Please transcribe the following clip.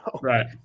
Right